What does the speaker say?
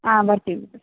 ಹಾಂ ಬರ್ತೀವಿ